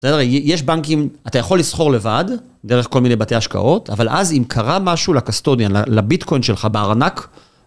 בסדר, יש בנקים, אתה יכול לסחור לבד, דרך כל מיני בתי השקעות, אבל אז אם קרה משהו לקסטודיאן, לביטקוין שלך בארנק,